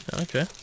Okay